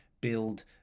build